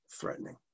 threatening